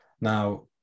Now